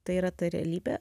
tai yra ta realybė